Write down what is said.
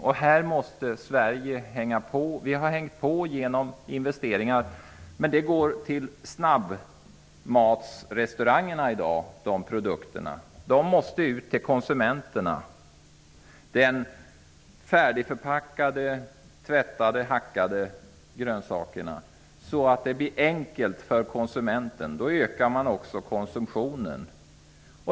Sverige måste hänga med. Vi har gjort det genom investeringar, men produkterna går då till snabbmatsrestaurangerna. De tvättade, hackade och färdigförpackade grönsakerna måste ut till konsumenterna. Det måste bli enkelt för konsumenten. Då ökar man också konsumtionen.